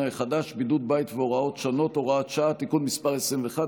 החדש (הוראת שעה) (הגבלת היציאה מישראל),